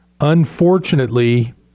Unfortunately